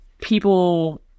people